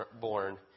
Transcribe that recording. born